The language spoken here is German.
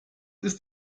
ist